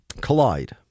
collide